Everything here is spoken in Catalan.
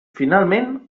finalment